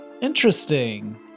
Interesting